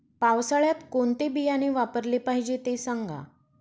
पावसाळ्यात कोणते बियाणे वापरले पाहिजे ते सांगा